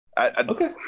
Okay